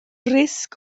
risg